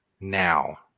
now